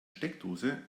steckdose